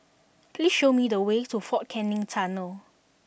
please show me the way to Fort Canning Tunnel